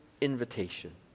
invitation